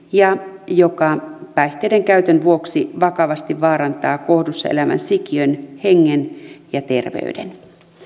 ja joka päihteiden käytön vuoksi vakavasti vaarantaa kohdussaan elävän sikiön hengen tai terveyden